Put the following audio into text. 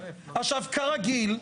כרגיל,